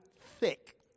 thick